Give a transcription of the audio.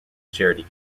charity